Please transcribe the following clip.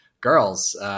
girls